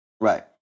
Right